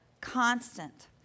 constant